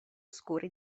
oscura